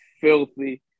filthy